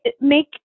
make